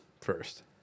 first